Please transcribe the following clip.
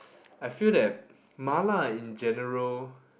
I feel that Mala in general